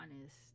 honest